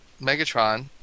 Megatron